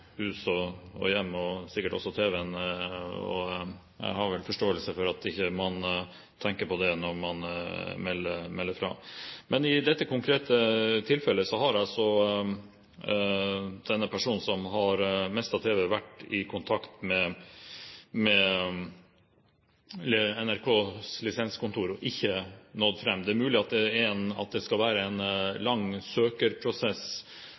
hjem og sikkert også tv-en. Jeg har forståelse for at man ikke tenker på det når man melder fra. Men i dette konkrete tilfellet har altså denne personen som har mistet tv-en, vært i kontakt med NRKs lisenskontor og ikke nådd fram. Det er mulig at det skal være en lang søkerprosess for å kunne få bortfall fra dette kravet, men det